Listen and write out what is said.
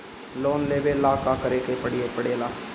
Loan लेबे ला का करे के पड़े ला?